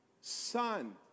Son